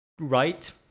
right